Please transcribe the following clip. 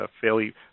fairly